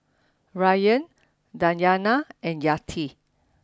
Ryan Dayana and Yati